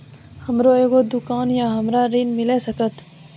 हमर एगो दुकान या हमरा ऋण मिल सकत?